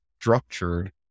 structured